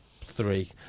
three